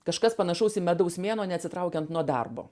kažkas panašaus į medaus mėnuo neatsitraukiant nuo darbo